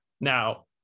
Now